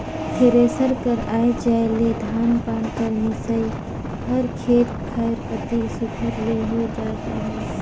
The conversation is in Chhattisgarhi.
थेरेसर कर आए जाए ले धान पान कर मिसई हर खेते खाएर कती सुग्घर ले होए जात अहे